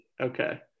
Okay